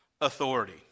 authority